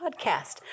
podcast